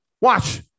Watch